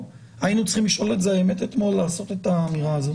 האמת היא שהיינו צריכים לשאול את זה אתמול ולומר את האמירה הזאת.